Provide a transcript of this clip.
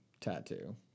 tattoo